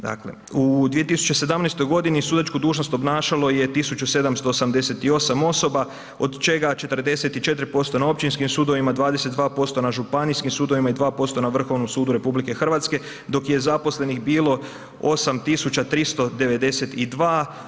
Dakle u 2017. godini sudačku dužnost obnašalo je 1788 osoba od čega 44% na općinskim sudovima, 22% na županijskim sudovima i 2% na Vrhovnom sudu RH dok je zaposlenih bilo 8392.